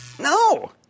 No